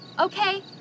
okay